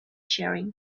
sharing